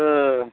ओ